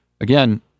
again